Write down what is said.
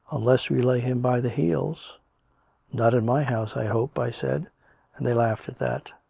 unless we lay him by the heels not in my house, i hope i said and they laughed at that.